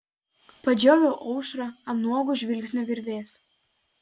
padžioviau aušrą ant nuogo žvilgsnio virvės